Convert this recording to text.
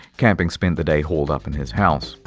camping spend the day holed up in his house.